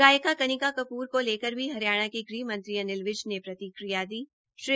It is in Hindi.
गायिका कनिका कपूर को लेकर भी हरियाणा के गृह मंत्री अनिल विज ने प्रतिक्रिया दी